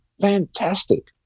Fantastic